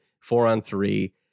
four-on-three